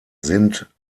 sind